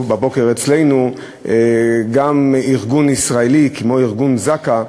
בבוקר אצלנו, ארגון ישראלי, ארגון זק"א,